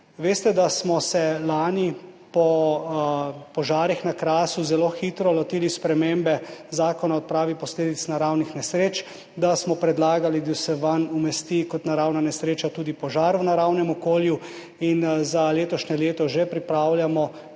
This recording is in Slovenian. Veste, da smo se lani po požarih na Krasu zelo hitro lotili spremembe Zakona o odpravi posledic naravnih nesreč, da smo predlagali, da se vanj umesti kot naravna nesreča tudi požar v naravnem okolju in za letošnje leto že pripravljamo